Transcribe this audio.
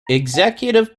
executive